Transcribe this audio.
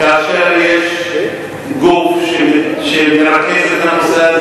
ויש גוף שמרכז את הנושא הזה,